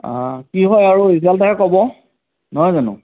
কি হয় আৰু ৰিজাল্টেহে ক'ব নহয় জানো